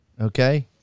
Okay